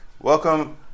Welcome